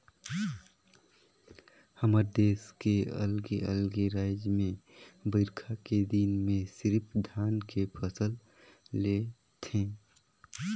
हमर देस के अलगे अलगे रायज में बईरखा के दिन में सिरिफ धान के फसल ले थें